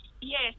yes